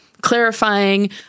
clarifying